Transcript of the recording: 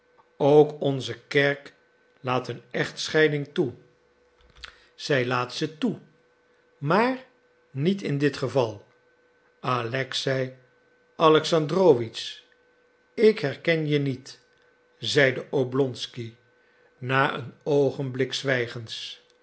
ook onze kerk laat een echtscheiding toe zij laat ze toe maar niet in dit geval alexei alexandrowitsch ik herken je niet zeide oblonsky na een oogenblik zwijgens